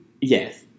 yes